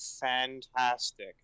fantastic